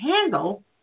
handle